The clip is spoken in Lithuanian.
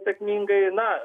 sėkmingai na